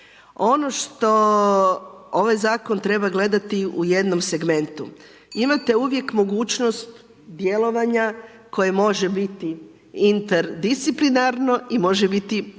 Ono što ovaj Zakon treba gledati u jednom segmentu, imate uvijek mogućnost djelovanja koje može biti interdisciplinarno i može biti